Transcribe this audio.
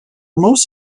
most